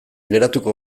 geratuko